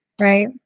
Right